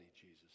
Jesus